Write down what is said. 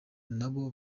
nabo